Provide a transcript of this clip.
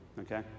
Okay